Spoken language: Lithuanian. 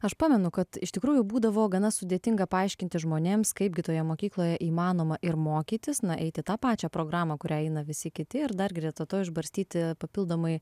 aš pamenu kad iš tikrųjų būdavo gana sudėtinga paaiškinti žmonėms kaipgi toje mokykloje įmanoma ir mokytis na eiti tą pačią programą kurią eina visi kiti ir dar greta to išbarstyti papildomai